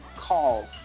call